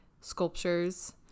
sculptures